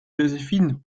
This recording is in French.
joséphine